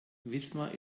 wismar